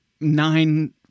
nine